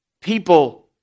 People